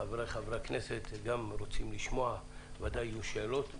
חבריי חברי הכנסת רוצים לשמוע ובוודאי יהיו שאלות,